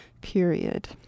Period